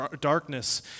darkness